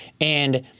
And-